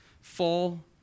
Fall